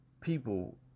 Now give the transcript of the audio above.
people